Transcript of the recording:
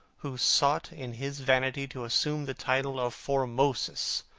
who sought in his vanity to assume the title of formosus,